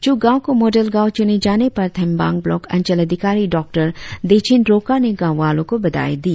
चुग गांव को मॉडेल गांव चूने जाने पर थेमबांग ब्लॉक अंचल अधिकारी डॉ डेचिन ड्रोका ने गांव वालो को बधाई दी